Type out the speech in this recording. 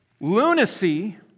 lunacy